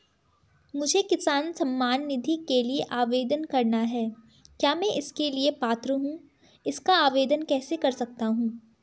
मुझे किसान सम्मान निधि के लिए आवेदन करना है क्या मैं इसके लिए पात्र हूँ इसका आवेदन कैसे कर सकता हूँ?